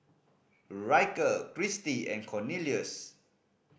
Ryker Christi and Cornelious